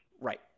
Right